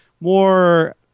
more